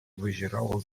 wyzierało